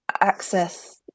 access